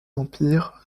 empire